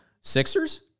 Sixers